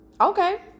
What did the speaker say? Okay